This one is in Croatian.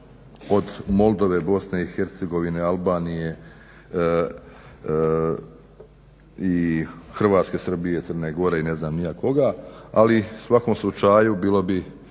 od Moldove, BiH, Albanije i Hrvatske, Srbije, Crne Gore i ne znam ni ja koga, ali u svakom slučaju bilo bi